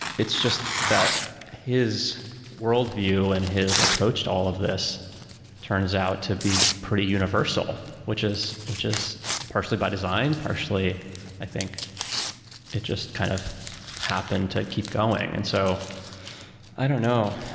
it's just that his worldview and his approach to all of this turns out to be pretty universal, which is which is partially by design, partially i think it just kind of happened to keep going and so i don't know.